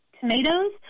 Tomatoes